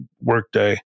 workday